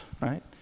right